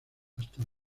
hasta